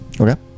Okay